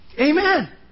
Amen